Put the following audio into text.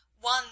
One